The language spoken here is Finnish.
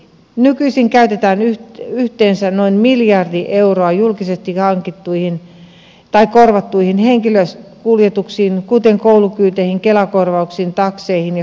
nykyisin käytetään yhteensä noin miljardi euroa julkisesti korvattuihin henkilökuljetuksiin kuten koulukyyteihin kela korvauksiin takseihin ja sosiaalitoimen matkoihin